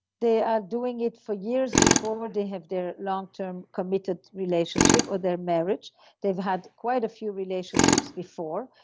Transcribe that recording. they are doing it for years before they have their long-term committed relationship or their marriage they've had quite a few relationships before.